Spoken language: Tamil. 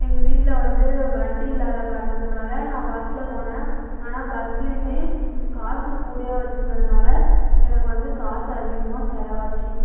எங்க வீட்டில் வந்து வண்டி இல்லாத காரணத்தினால நான் பஸ்ஸில் போனேன் ஆனால் பஸ்லையுமே காசு கூடயா வச்சுருந்ததுனால எனக்கு வந்து காசு அதிகமாக செலவாச்சு